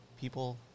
people